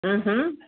ہوں ہوں